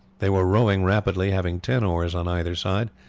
they were rowing rapidly, having ten oars on either side,